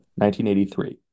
1983